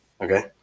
Okay